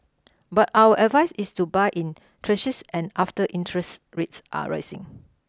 but our advice is to buy in tranches and after interest rates are risen